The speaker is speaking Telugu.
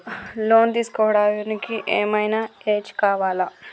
లోన్ తీస్కోవడానికి ఏం ఐనా ఏజ్ కావాలా?